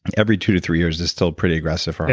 and every two to three years is still pretty aggressive.